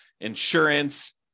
insurance